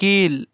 கீழ்